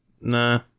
Nah